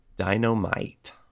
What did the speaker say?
Dynamite